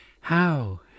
How